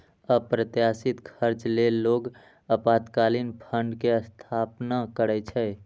अप्रत्याशित खर्च लेल लोग आपातकालीन फंड के स्थापना करै छै